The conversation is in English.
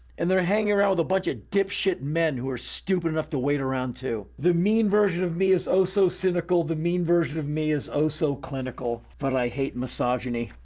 and they're hanging around a bunch of dipshit men who are stupid enough to wait around to. the mean version of me is oh so cynical. the mean version of me is oh so clinical, but i hate misogyny,